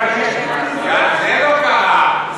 גם זה לא קרה,